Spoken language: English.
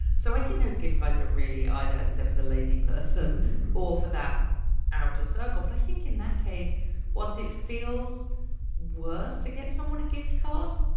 so i think those gift cards are really either is is it for the lazy person or for that outer circle. but i think in that case was it feels worse to get someone a gift card.